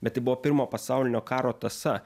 bet tai buvo pirmojo pasaulinio karo tąsa